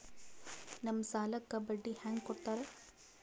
ನಮ್ ಸಾಲಕ್ ಬಡ್ಡಿ ಹ್ಯಾಂಗ ಕೊಡ್ತಾರ?